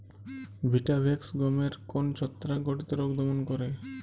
Vitavax গমের কোন ছত্রাক ঘটিত রোগ দমন করে?